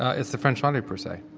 ah it's the french laundry, per se